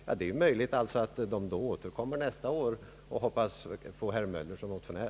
Ja, det kan ju tänkas att motionärerna återkommer nästa år och hoppas att då få herr Möller som motionär.